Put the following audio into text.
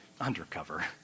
undercover